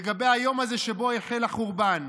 לגבי היום הזה שבו החל החורבן.